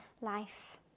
life